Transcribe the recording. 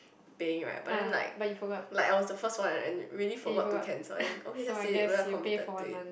paying right but then like like I was the first one and really forgot to cancel and okay that's it we are committed to it